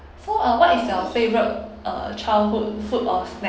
so uh what is your favourite childhood food or snack